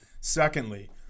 Secondly